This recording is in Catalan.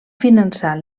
finançar